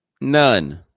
None